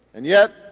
and yet,